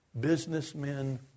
businessmen